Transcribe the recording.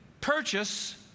purchase